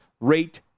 rate